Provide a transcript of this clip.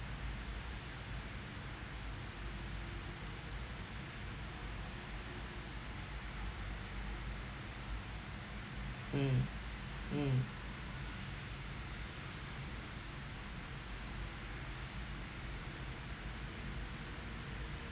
mm mm